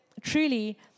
truly